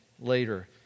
later